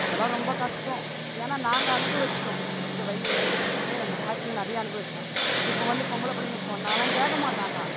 அதல்லாம் ரொம்ப கஷ்டம் ஏன்னா நாங்கள் அனுபவிச்சுட்டோம் எங்கள் எங்கள் விஷயத்துல எங்கள் வாழ்க்கையில் நிறையா அனுபவிச்சுட்டோம் இப்போ வந்து பொம்பளைப் பிள்ளைங்க சொன்னாலாம் கேட்க மாட்டாங்க